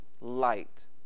light